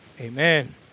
Amen